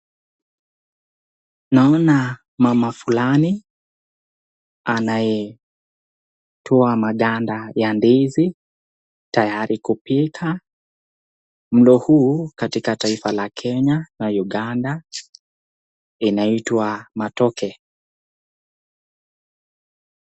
Naoana mama fulani anayetoa maganda ya ndizi, tayari kupika, katika taifa la Kenya na Uganda inaitwa matoke.